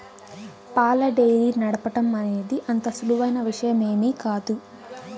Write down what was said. పాల డెయిరీ నడపటం అనేది అంత సులువైన విషయమేమీ కాదు